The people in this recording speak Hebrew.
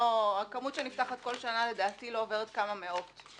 הכמות שנפתחת בכל שנה, לדעתי, לא עוברת כמה מאות.